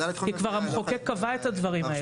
כי המחוקק כבר קבע את הדברים האלה.